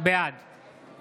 בעד נעמה לזימי, בעד